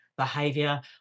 behavior